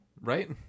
right